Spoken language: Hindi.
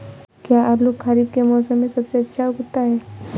क्या आलू खरीफ के मौसम में सबसे अच्छा उगता है?